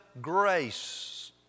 grace